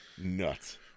Nuts